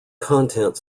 content